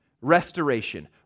restoration